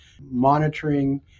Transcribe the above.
monitoring